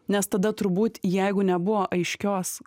nes tada turbūt jeigu nebuvo aiškios